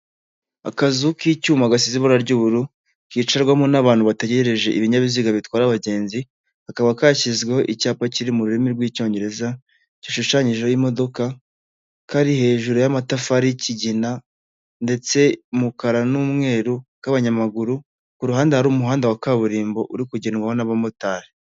Akazu k'icyuma gasize ibara ry'ubururu, kicarwamo n'abantu bategereje ibinyabiziga bitwara abagenzi, kakaba kashyizweho icyapa kiri mu rurimi rw'icyongereza, gishushanyijeho imodoka, kari hejuru y'amatafari y'ikigina, ndetse umukara n'umweru k'abanyamaguru, ku ruhande hari umuhanda wa kaburimbo uri kugendwaho n'abamotari.